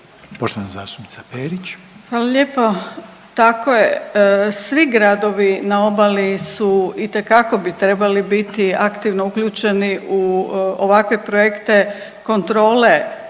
Grozdana (HDZ)** Hvala lijepo. Tako je, svi gradovi na obali su, itekako bi trebali biti aktivno uključeni u ovakve projekte kontrole